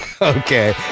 okay